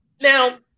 now